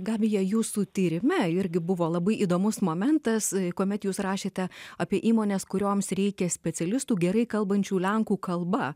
gabija jūsų tyrime irgi buvo labai įdomus momentas kuomet jūs rašėte apie įmones kurioms reikia specialistų gerai kalbančių lenkų kalba